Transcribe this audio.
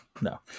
no